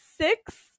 six